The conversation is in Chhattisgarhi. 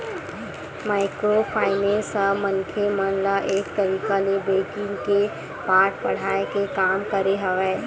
माइक्रो फायनेंस ह मनखे मन ल एक तरिका ले बेंकिग के पाठ पड़हाय के काम करे हे